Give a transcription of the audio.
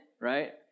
right